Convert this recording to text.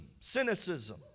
cynicism